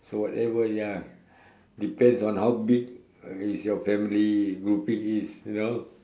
so whatever ya depends on how big is your family grouping is you know